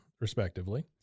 respectively